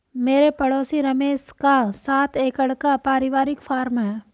मेरे पड़ोसी रमेश का सात एकड़ का परिवारिक फॉर्म है